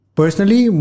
personally